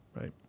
right